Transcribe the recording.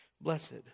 Blessed